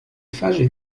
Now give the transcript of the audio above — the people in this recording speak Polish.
twarzy